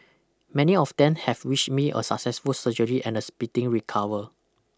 many of them have wished me a successful surgery and a speeding recover